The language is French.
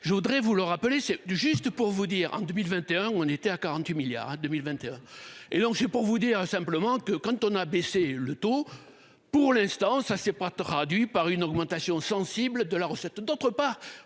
je voudrais vous le rappeler c'est du juste pour vous dire, en 2021 on était à 40 milliards à 2021. Et donc je ne sais pas vous dire simplement que quand on a baissé le taux pour l'instant ça s'est pas traduit par une augmentation sensible de la recette. D'autre part,